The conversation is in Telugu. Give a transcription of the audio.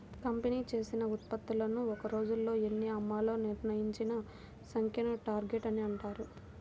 కంపెనీ చేసిన ఉత్పత్తులను ఒక్క రోజులో ఎన్ని అమ్మాలో నిర్ణయించిన సంఖ్యను టార్గెట్ అని అంటారు